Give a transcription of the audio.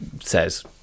says